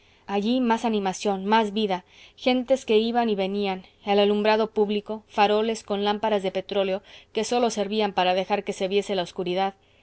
allí más animación más vida gentes que iban y venían el alumbrado público faroles con lámparas de petróleo que solo servían para dejar que se viese la obscuridad